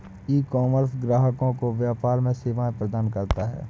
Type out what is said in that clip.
ecommerce ग्राहकों को व्यापार में सेवाएं प्रदान करता है